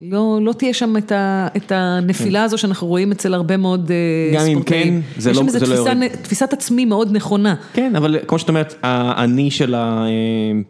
לא תהיה שם את הנפילה הזו שאנחנו רואים אצל הרבה מאוד ספורטנים. גם אם כן, זה לא יורד. יש שם איזו תפיסת עצמי מאוד נכונה. כן, אבל כמו שאתה אומר, האני של ה...